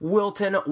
Wilton